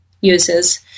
uses